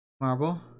Marble